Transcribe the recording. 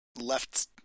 left